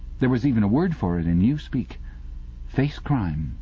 there was even a word for it in newspeak facecrime,